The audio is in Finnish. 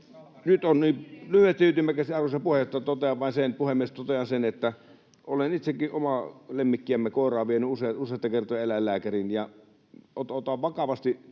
nyt on!] Lyhyesti ja ytimekkäästi, arvoisa puhemies, totean vain sen, että olen itsekin omaa lemmikkiämme, koiraa, vienyt useita kertoja eläinlääkäriin,